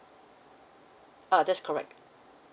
uh that's correct